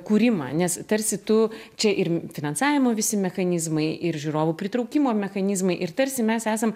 kūrimą nes tarsi tu čia ir finansavimo visi mechanizmai ir žiūrovų pritraukimo mechanizmai ir tarsi mes esam